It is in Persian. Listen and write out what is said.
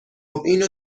اینو